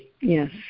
Yes